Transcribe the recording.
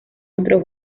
otro